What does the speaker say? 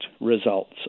results